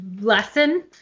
lesson